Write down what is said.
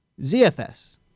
ZFS